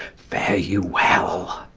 fare you well.